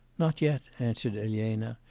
not yet answered elena,